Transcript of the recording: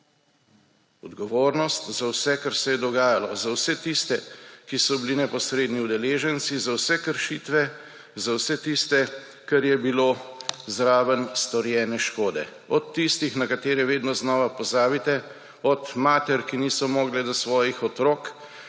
Odgovornost za vse, kar se je dogajalo, za vse tiste, ki so bili neposredni udeleženci, za vse kršitve, za vse tiste, kar je bilo zraven strojene škode od tistih, na katere vedno znova pozabite, od mater, ki niso mogle do svojih otrok,